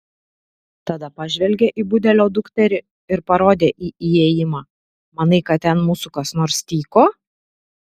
tada pažvelgė į budelio dukterį ir parodė į įėjimą manai kad ten mūsų kas nors tyko